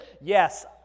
Yes